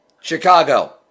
Chicago